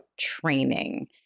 training